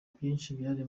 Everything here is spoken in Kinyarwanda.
byari